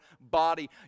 body